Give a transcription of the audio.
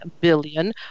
billion